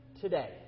today